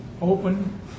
open